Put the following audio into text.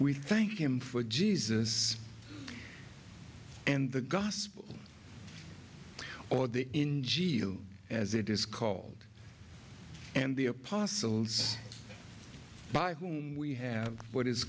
we thank him for jesus and the gospel or the in gilo as it is called and the apostles by whom we have what i